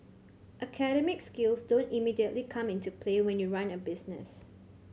academic skills don't immediately come into play when you run a business